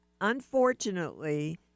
unfortunately